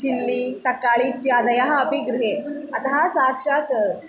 chilli तर्काली इत्यादयः अपि गृहे अतः साक्षात्